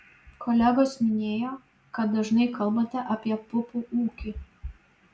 kolegos minėjo kad dažnai kalbate apie pupų ūkį